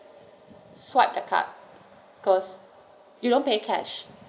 swipe the card because you don't pay cash